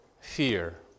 fear